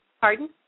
pardon